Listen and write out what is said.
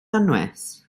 anwes